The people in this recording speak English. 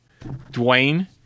Dwayne